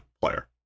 player